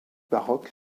baroque